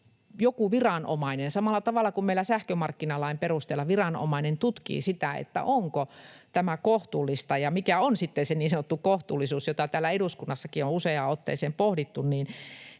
järkevää, että — samalla tavalla kuin meillä sähkömarkkinalain perusteella viranomainen tutkii sitä, onko tämä kohtuullista, ja mikä on sitten se niin sanottu kohtuullisuus, jota täällä eduskunnassakin on useaan otteeseen pohdittu —